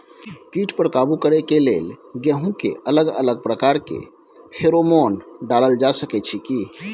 कीट पर काबू करे के लेल गेहूं के अलग अलग प्रकार के फेरोमोन डाल सकेत छी की?